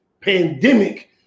pandemic